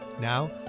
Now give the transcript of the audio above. Now